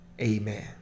amen